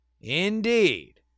Indeed